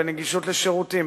בנגישות של שירותים,